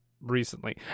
recently